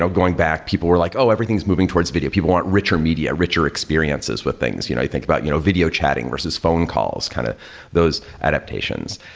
going back, people were like oh, everything is moving towards video. people want richer media, richer experiences with things. you think about you know video chatting versus phone calls, kind of those adaptations.